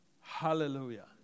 Hallelujah